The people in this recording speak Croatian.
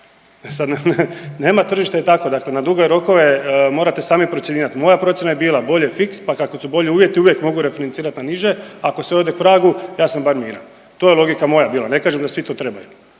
nema tržište je takvo, dakle na duge rokove morate sami procjenjivat, moja procjena je bila bolje fiks, pa kad su bolji uvjeti uvijek mogu refinancirat na niže, ako sve ode k vragu ja sam bar miran. To je logika moja bila, ne kažem da svi to trebaju,